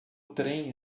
trem